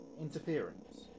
Interference